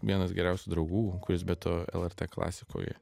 vienas geriausių draugų kuris be to lrt klasikoj